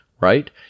right